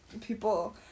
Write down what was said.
people